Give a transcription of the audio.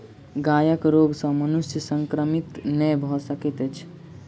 गायक रोग सॅ मनुष्य संक्रमित नै भ सकैत अछि